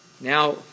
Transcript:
Now